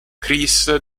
chris